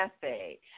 Cafe